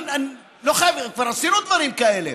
כבר עשינו דברים כאלה,